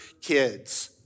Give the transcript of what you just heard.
kids